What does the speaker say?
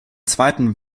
zweiten